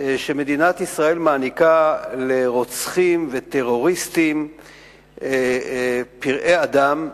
שמדינת ישראל מעניקה לרוצחים ולטרוריסטים פראי-אדם,